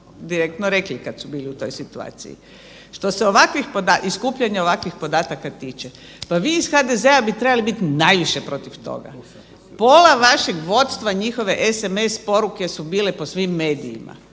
direktno rekli kad su bili u takvoj situaciji. Što se ovakvih i skupljanja ovakvih podataka tiče, pa vi iz HDZ-a bi trebali bit najviše protiv toga. Pola vašeg vodstva, njihove SMS poruke su bile po svim medijima,